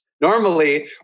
Normally